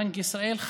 בנק ישראל,